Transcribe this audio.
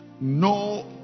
no